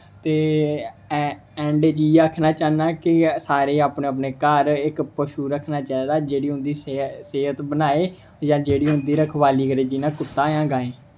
ते एंड च इ'यै आखना चाह्न्नां कि सारे अपने अपने घर इक बच्छू रक्खना चाहिदा जेह्ड़ी उं'दी सेह्त बनाए जां जेह्ड़ी उं'दी रखवाली करै जि'यां कुत्ता ऐ जां गाएं